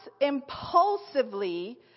impulsively